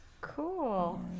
Cool